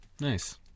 Nice